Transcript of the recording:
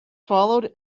followed